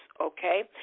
Okay